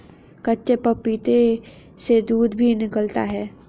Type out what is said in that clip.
कच्चे पपीते से दूध भी निकलता है